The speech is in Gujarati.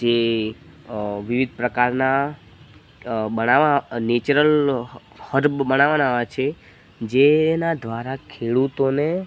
જે વિવિધ પ્રકારના બડાવા નેચરલ હર્બ બનાવવાના છે જેના દ્વારા ખેડૂતોને